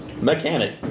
Mechanic